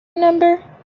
number